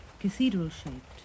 cathedral-shaped